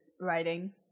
writing